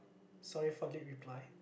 sorry for late reply